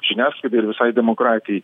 žiniasklaidai ir visai demokratijai